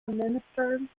administered